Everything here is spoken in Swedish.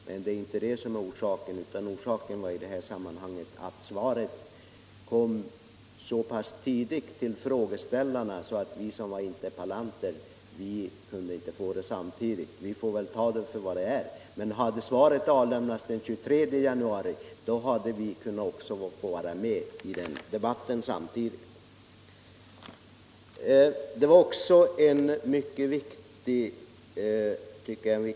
Men det var alltså inte det som var orsaken, utan det var att frågeställarna fick sina svar så pass tidigt att vi som väckt interpellationer inte hann få svar samtidigt. Vi får väl ta det för vad det är. Hade svaret i stället avgivits den 23 januari hade vi kunnat få våra svar samtidigt och kunnat få vara med i den debatten.